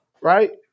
Right